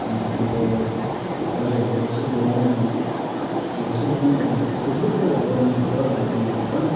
अन्त त्यहाँको कल्चरहरू सिकेर म सेयर पनि गर्नु सक्छु यस्तै कुराहरू गर्नु सक्छ बाइकिङहरूबाट